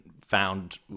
found